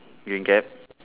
green cap